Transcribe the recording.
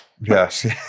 yes